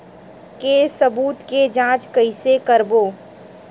के सबूत के जांच कइसे करबो?